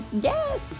yes